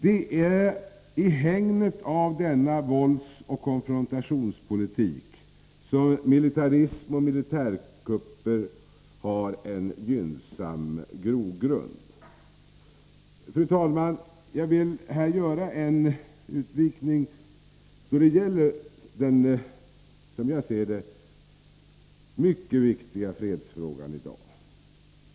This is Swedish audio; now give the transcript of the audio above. Det är i hägnet av denna våldsoch konfrontationspolitik som militarism och militärkupper har en gynnsam grogrund. Fru talman! Jag vill här göra en utvikning som gäller den i dag mycket viktiga fredsfrågan.